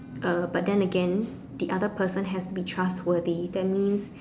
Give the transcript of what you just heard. uh but then again the other person has to be trustworthy that means